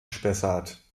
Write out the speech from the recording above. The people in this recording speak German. spessart